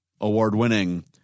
award-winning